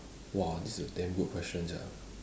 !wah! this is a damn good question sia